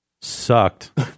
sucked